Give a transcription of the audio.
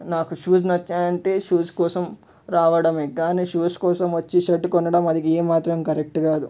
నాకు షూస్ నచ్చాయంటే షూస్ కోసం రావడమే కాని షూస్ కోసం వచ్చి షర్ట్ కొనడం అది ఏమాత్రం కరెక్ట్ కాదు